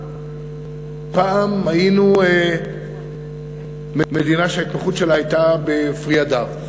פעם היינו מדינה שההתמחות שלה הייתה בפרי הדר,